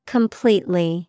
Completely